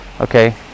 Okay